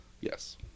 Yes